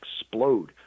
explode